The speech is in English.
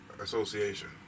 association